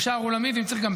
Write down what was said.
ו"שער עולמי" ואם צריך,